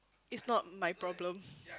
it's not my problem